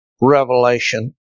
revelation